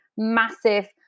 massive